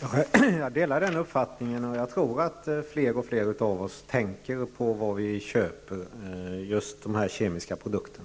Herr talman! Jag delar den uppfattningen, och jag tror att fler och fler av oss tänker på vad vi köper när det gäller just kemiska produkter.